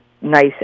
nice